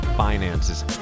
finances